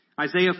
Isaiah